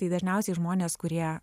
tai dažniausiai žmonės kurie